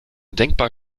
denkbar